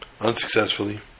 unsuccessfully